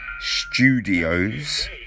Studios